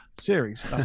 Series